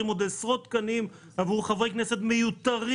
עוד עשרות תקנים עבור חברי כנסת מיותרים.